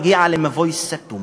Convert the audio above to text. הגיעה למבוי סתום.